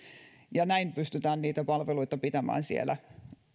näin pystytään niitä palveluita pitämään siellä